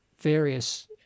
Various